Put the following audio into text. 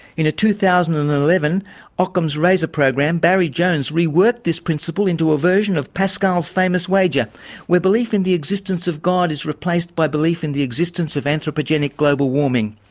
in a two thousand and eleven occam's razor program, barry jones reworked this principle into a version of pascal's famous wager where belief in the existence of god is replaced by belief in the existence of anthropogenic global warming.